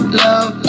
love